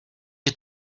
you